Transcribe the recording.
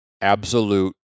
absolute